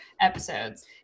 episodes